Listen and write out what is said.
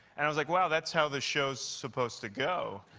and i was like, wow, that's how the show's supposed to go.